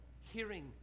hearing